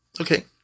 Okay